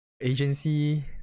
agency